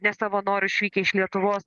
ne savo noru išvykę iš lietuvos